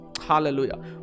Hallelujah